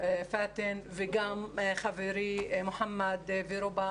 פאתן וגם חברי מוחמד ורובא,